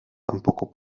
tampoco